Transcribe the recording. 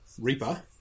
Reaper